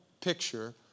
picture